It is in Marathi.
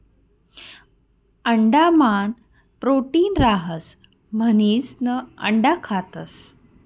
अंडा मान प्रोटीन रहास म्हणिसन अंडा खातस